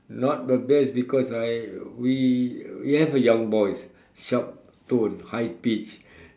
not the best because I we we have a young voice sharp tone high pitch